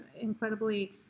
incredibly